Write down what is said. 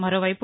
మరోవైపు